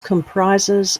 comprises